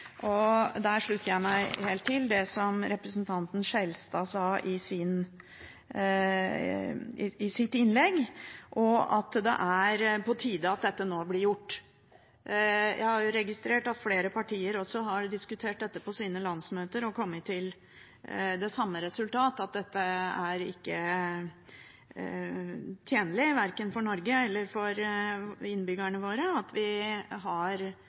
Der slutter jeg meg helt til det som representanten Skjelstad sa i sitt innlegg, og at det er på tide at dette nå blir gjort. Jeg har registrert at flere partier også har diskutert dette på sine landsmøter og kommet til det samme resultat, at det ikke er tjenlig verken for Norge eller for innbyggerne våre at vi har